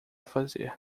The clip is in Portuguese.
fazer